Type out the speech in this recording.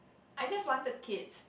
I just wanted kids